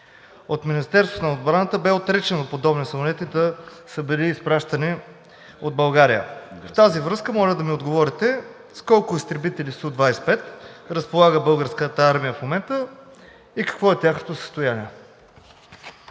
От Министерството на отбраната бе отречено подобни самолети да са били изпращани от България. В тази връзка моля да ми отговорите с колко изтребители Су 25 разполага Българската армия в момента и какво е тяхното състояние?